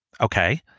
okay